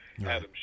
Adam